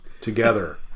together